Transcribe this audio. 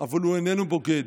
אבל הוא איננו בוגד.